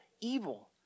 evil